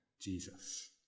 Jesus